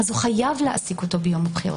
אז הוא חייב להעסיק אותו ביום הבחירות.